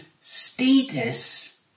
status